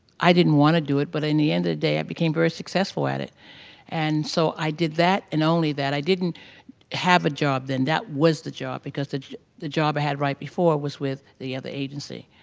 i didn't want to do it, but in the end of the day i became very successful at it and so i did that and only that. i didn't have a job then that was the job, because the the job i had right before was with the other agency.